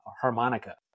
harmonica